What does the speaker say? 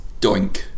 Doink